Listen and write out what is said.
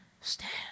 stand